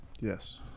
Yes